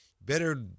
Better